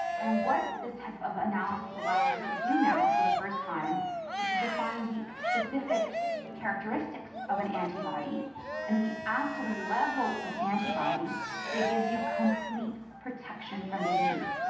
and what this type of analysis allows us to do now for the first time is to define the specific characteristics of an antibody and the absolute level of antibody that gives you complete protection from disease.